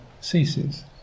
ceases